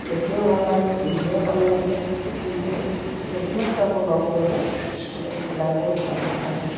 দেখিও ভাল লাগে পিন্ধিও ভাল লাগে কিন্তু ৰেডিমে'ড কাপোৰ ল'ব গ'লে অলপ চিলইবোৰ ভাল নাথাকে